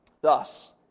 Thus